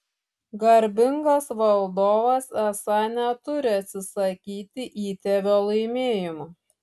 garbingas valdovas esą neturi atsisakyti įtėvio laimėjimų